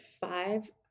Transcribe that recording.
five